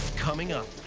coming up.